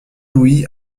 louis